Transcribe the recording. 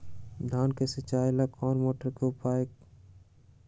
धान के सिचाई ला कोंन मोटर के उपयोग कर सकली ह?